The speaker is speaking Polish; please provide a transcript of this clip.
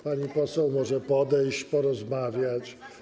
Pani poseł może podejść, porozmawiać.